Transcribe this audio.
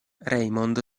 raymond